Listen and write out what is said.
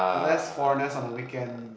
less foreigners on a weekend